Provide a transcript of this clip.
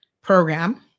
program